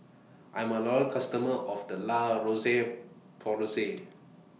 I'm A Loyal customer of The La Roche Porsay